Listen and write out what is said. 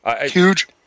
huge